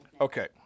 Okay